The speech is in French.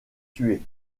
tué